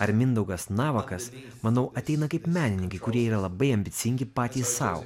ar mindaugas navakas manau ateina kaip menininkai kurie yra labai ambicingi patys sau